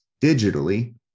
digitally